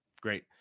Great